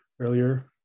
earlier